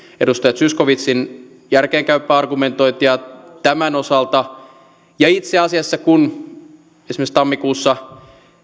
edustaja zyskowiczin järkeenkäypää argumentointia tämän osalta itse asiassa kun esimerkiksi tammikuussa